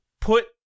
put